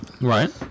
right